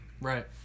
right